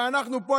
ואנחנו פה,